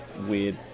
weird